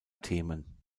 themen